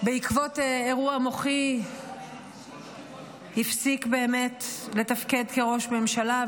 בעקבות אירוע מוחי הפסיק באמת לתפקד כראש ממשלה,